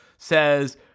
Says